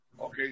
okay